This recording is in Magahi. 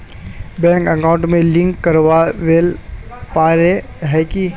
बैंक अकाउंट में लिंक करावेल पारे है की?